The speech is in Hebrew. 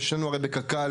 יש לנו הרי מגנון